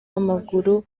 w’amaguru